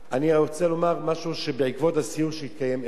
אני רוצה לומר משהו בעקבות הסיור שהתקיים אמש,